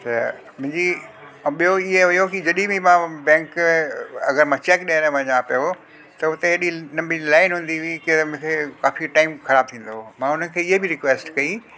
त मुंहिंजी ऐं ॿियों इहो हुयो कि जॾहिं मां बैंक अगरि मां चैक ॾियणु वञा पियो त हुते हेॾी लंबी लाइन हूंदी हुई कि मूंखे काफ़ी टाइम ख़राबु थींदो हुओ मां हुन खे ये बि रिक्वेस्ट कई